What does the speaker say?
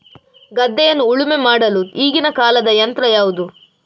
ಗದ್ದೆಯನ್ನು ಉಳುಮೆ ಮಾಡಲು ಈಗಿನ ಕಾಲದ ಯಂತ್ರ ಯಾವುದು?